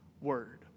word